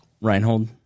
Reinhold